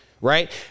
right